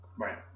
Right